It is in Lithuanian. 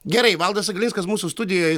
gerai valdas aglinskas mūsų studijoj